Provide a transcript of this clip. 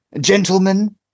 Gentlemen